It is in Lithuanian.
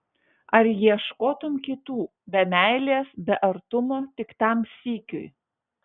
ar ieškotum kitų be meilės be artumo tik tam sykiui